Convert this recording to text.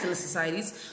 societies